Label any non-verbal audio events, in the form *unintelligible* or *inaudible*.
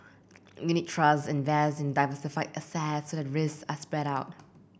unit trusts invest in diversified assets *unintelligible* risks are spread out